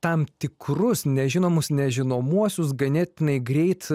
tam tikrus nežinomus nežinomuosius ganėtinai greit